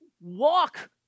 walk